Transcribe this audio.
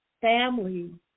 family